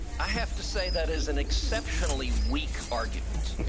i have to say that is an exceptionally weak argument.